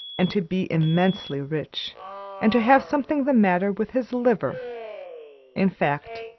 and to be immensely rich and to have something the matter with his liver in fact,